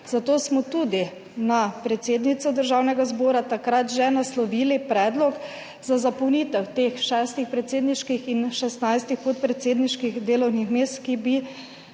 Zato smo tudi na predsednico Državnega zbora takrat že naslovili predlog za zapolnitev teh šestih predsedniških in 16 podpredsedniških delovnih mest, ki bi